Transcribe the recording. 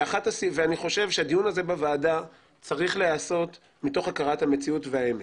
ואני חושב שהדיון הזה בוועדה צריך להיעשות מתוך הכרת המציאות והאמת.